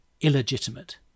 illegitimate